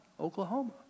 Oklahoma